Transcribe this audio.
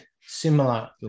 similar